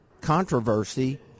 controversy